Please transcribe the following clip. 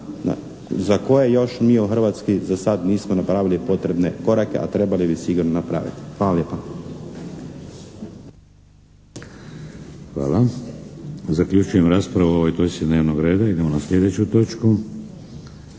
za koje još mi u Hrvatskoj za sad nismo napravili potrebne korake, a trebali bi sigurno napraviti. Hvala lijepa. **Šeks, Vladimir (HDZ)** Hvala. Zaključujem raspravu o ovoj točci dnevnog reda. **Šeks, Vladimir